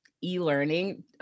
e-learning